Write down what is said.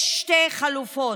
יש שתי חלופות: